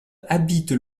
habite